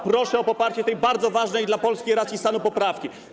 Proszę o poparcie tej bardzo ważnej dla polskiej racji stanu poprawki.